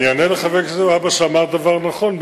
אני אענה לחבר הכנסת והבה שאמר דבר נכון,